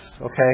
okay